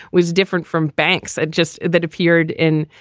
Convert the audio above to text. was different from banks. it just that appeared in,